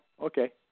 Okay